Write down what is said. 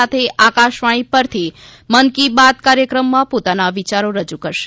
સાથે આકાશવાણી પરથી મન કી બાત કાર્યક્રમમાં પોતાના વિચારો રજૂ કરશે